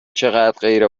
چقدرغیر